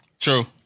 True